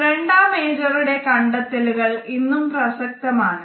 Brenda മേജറുടെ കണ്ടെത്തലുകൾ ഇന്നും പ്രസക്തമാണ്